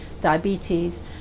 diabetes